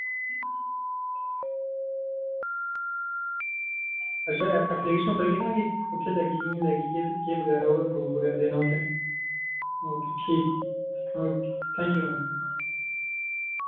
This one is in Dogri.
अच्छा ऐपलीकेशन उप्पर एह् लिखना कि कुत्थै लग्गी कि'यां लग्गी केह् केह् बगैरा और प्रूफ बगैरा देना उत्थै ओके ठीक ऐ ओके थैंक यू मैम